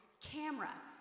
Camera